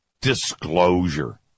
disclosure